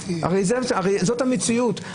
זאת המציאות,